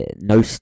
No